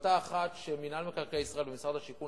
החלטה אחת, שמינהל מקרקעי ישראל ומשרד השיכון